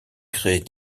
crée